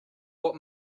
what